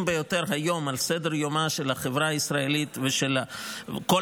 ביותר היום על סדר-יומה של החברה הישראלית ושל כל